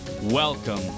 Welcome